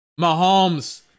Mahomes